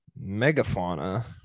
megafauna